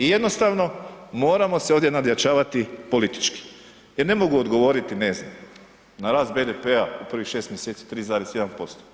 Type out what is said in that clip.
I jednostavno moramo se ovdje nadjačavati politički jer ne mogu odgovoriti, ne znam na rast BDP-a prvih 6 mjeseci 3,1%